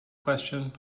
question